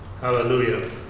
Hallelujah